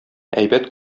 әйбәт